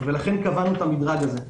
לכן קבענו את המדרג הזה.